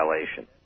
violation